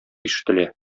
ишетелә